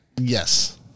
Yes